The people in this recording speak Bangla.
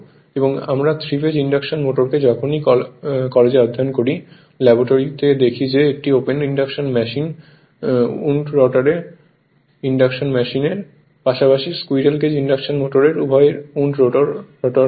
এবং আমরা 3 ফেজ ইনডাকশন মোটরকে যখনই কলেজে অধ্যয়ন করি ল্যাবরেটরিতে দেখি যে একটি open induction machine wound rotor induction মেশিনের পাশাপাশি স্কুইরেল কেজ ইন্ডাকশন মোটর উভয় উন্ড রোটর হয়